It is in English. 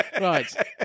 Right